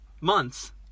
months